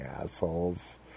assholes